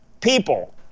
people—